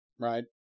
right